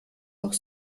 auch